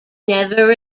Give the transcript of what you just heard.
never